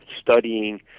studying